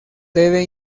debe